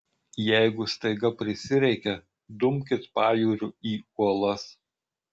jeigu staiga prisireikia dumkit pajūriu į uolas